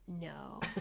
No